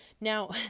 Now